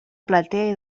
platea